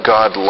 God